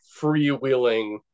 freewheeling